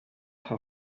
her